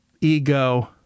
ego